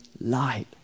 light